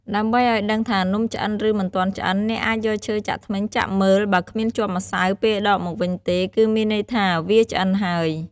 ដើម្បីឱ្យដឹងថានំឆ្អិន ឬ មិនទាន់ឆ្អិន អ្នកអាចយកឈើចាក់ធ្មេញចាក់មើល បើគ្មានជាប់ម្សៅ ពេលដកមកវិញទេ គឺមានន័យថា វាឆ្អិនហើយ។